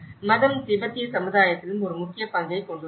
மதம் திபெத்திய சமுதாயத்திலும் ஒரு முக்கிய பங்கைக் கொண்டுள்ளது